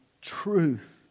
truth